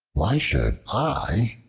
why should i,